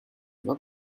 not